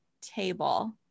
table